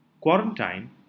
Quarantine